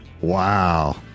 Wow